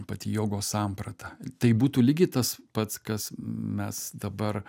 pati jogos samprata tai būtų lygiai tas pats kas mes dabar